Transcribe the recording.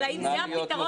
אבל האם זה הפתרון?